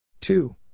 two